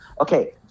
Okay